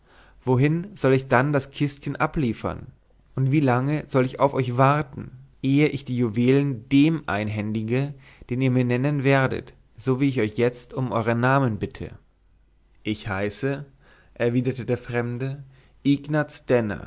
wohin soll ich dann das kistchen abliefern und wie lange soll ich auf euch warten ehe ich die juwelen dem einhändige den ihr mir nennen werdet so wie ich euch jetzt um euern namen bitte ich heiße erwiderte der fremde ignaz